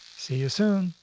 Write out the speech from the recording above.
see you soon!